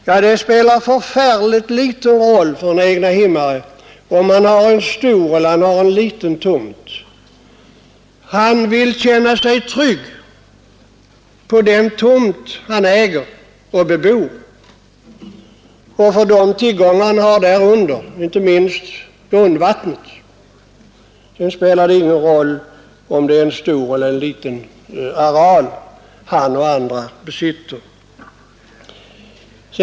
Ja, det spelar förfärligt liten roll för en egnahemsägare om han har en stor eller en liten tomt. Han vill känna sig trygg på den tomt som han äger och bebor och för de tillgångar han har därunder, inte minst grundvattnet. Sedan spelar det ingen roll om det är en stor eller en liten areal vederbörande är i besittning av.